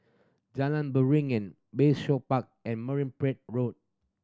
Jalan Beringin Bayshore Park and Marine Parade Road